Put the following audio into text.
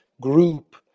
group